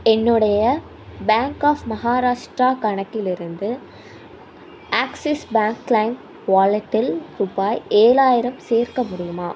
என்னுடைய bank of Maharashtra கணக்கிலிருந்து Axis bank கிளெம் வாலெட்டில் ரூபாய் ஏழாயிரம் சேர்க்க முடியுமா